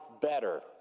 better